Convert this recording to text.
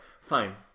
Fine